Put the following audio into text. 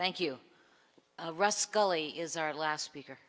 thank you rest scully is our last speaker